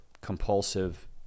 compulsive